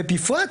ובפרט,